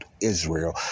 Israel